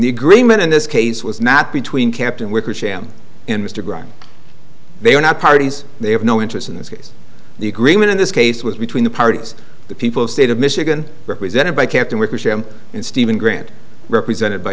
the agreement in this case was not between captain wickersham and mr graham they were not parties they have no interest in this case the agreement in this case was between the parties the people of state of michigan represented by campaign workers sham and stephen grant represented by